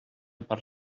per